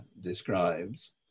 describes